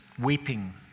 weeping